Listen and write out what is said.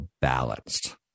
balanced